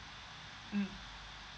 mm